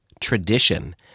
tradition